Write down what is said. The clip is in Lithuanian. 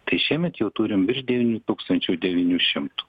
tai šiemet jau turime virš devynių tūkstančių devynių šimtų